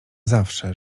zawsze